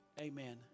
Amen